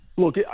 look